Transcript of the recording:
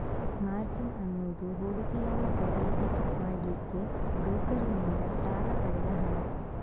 margin ಅನ್ನುದು ಹೂಡಿಕೆಯನ್ನ ಖರೀದಿ ಮಾಡ್ಲಿಕ್ಕೆ ಬ್ರೋಕರನ್ನಿಂದ ಸಾಲ ಪಡೆದ ಹಣ